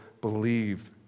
believed